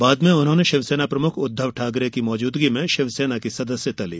बाद में उन्होंने शिवसेना प्रमुख उद्वव ठाकरे की मौजूदगी में शिवसेना की सदस्यता ली